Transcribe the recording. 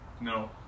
No